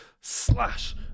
slash